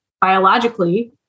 biologically